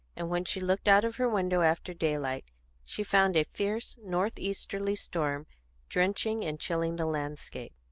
and when she looked out of her window after daylight she found a fierce north-easterly storm drenching and chilling the landscape.